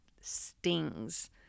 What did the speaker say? stings